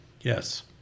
Yes